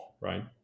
right